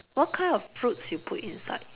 what kind of fruits you put inside